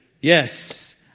Yes